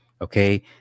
Okay